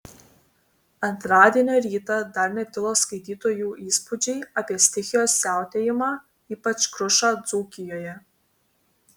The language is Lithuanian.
antradienio rytą dar netilo skaitytojų įspūdžiai apie stichijos siautėjimą ypač krušą dzūkijoje